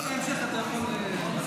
אם --- בהמשך, הם ישמחו לשמוע.